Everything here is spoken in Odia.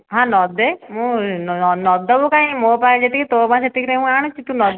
ହଁ ନ ଦେ ମୁଁ ନ ଦେବୁ କାହିଁକି ମୋ ପାଇଁ ଯେତିକି ତୋ ପାଇଁ ସେତିକିରେ ମୁଁ ଆଣୁଛି ତୁ ନ ଦେଲେ